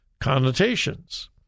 connotations